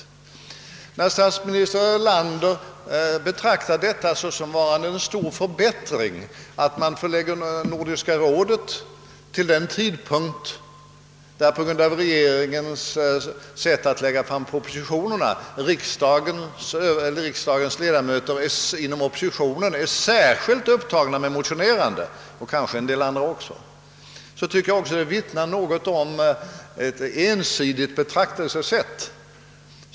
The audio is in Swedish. Jag tycker att statsminister Erlanders betraktelsesätt härvidlag är något ensidigt. Han vill alltså att Nordiska rådets session skall förläggas till en tidpunkt, då riksdagens ledamöter på grund av regeringens sätt att lägga fram propositionerna är särskilt upptagna med motionerande.